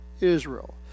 Israel